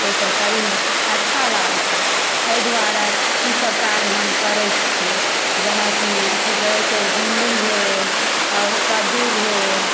ओहि सऽ शरीर अच्छा लागतै एहि दुआरे ई सब काज हम करै छियै जेनाकि कि कहै छै झिंगली भेल आओर कद्दू भेल